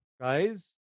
guys